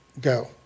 go